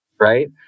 right